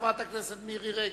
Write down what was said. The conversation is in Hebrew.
חברת הכנסת מירי רגב.